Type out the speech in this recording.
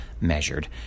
measured